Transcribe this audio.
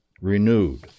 Renewed